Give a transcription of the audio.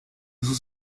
sus